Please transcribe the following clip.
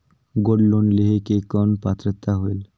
Gold loan लेहे के कौन पात्रता होएल?